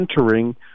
entering